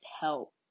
help